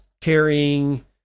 carrying